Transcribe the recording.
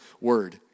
word